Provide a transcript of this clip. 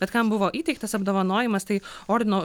bet kam buvo įteiktas apdovanojimas tai ordino